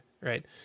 right